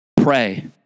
Pray